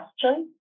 question